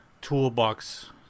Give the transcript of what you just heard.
toolbox